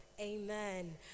Amen